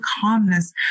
calmness